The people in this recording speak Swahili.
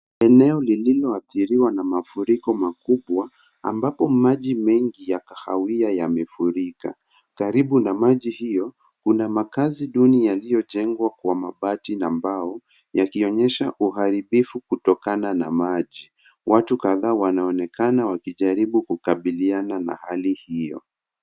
Eneo lililoathiriwa na mafuriko makubwa ambapo maji mengi ya kahawia yamefurika. Karibu na maji hiyo, kuna makazi duni yaliyojengwa kwa mabati na mbao yakionyesha uharibifu kutokana maji. Watu kadha wanaonekana wakijaribu kukabiliana na hali hiyo.